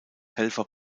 helfer